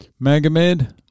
Magomed